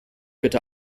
bitte